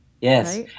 Yes